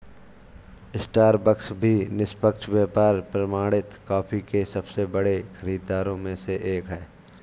Starbucks भी निष्पक्ष व्यापार प्रमाणित कॉफी के सबसे बड़े खरीदारों में से एक है